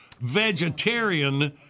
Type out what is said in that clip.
Vegetarian